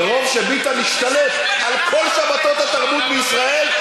מרוב שביטן השתלט על כל שבתות התרבות בישראל,